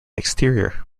exterior